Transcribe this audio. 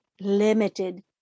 limited